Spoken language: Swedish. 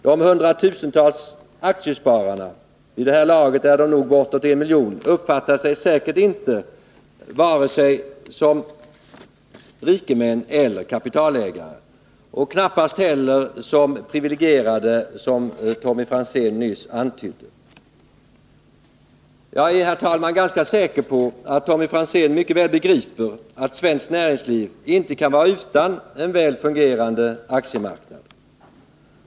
De hundratusentals aktiespararna — vid det här laget är de nog bortåt en miljon — uppfattar sig säkert inte vare sig som rikemän eller som kapitalägare och knappast heller som privilegierade, vilket Tommy Franzén nyss antydde. Jag är, herr talman, ganska säker på att Tommy Franzén mycket väl begriper att svenskt näringsliv inte kan vara utan en väl fungerande aktiemarknad.